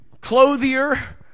clothier